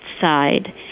side